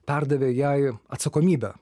perdavė jai atsakomybę